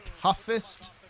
toughest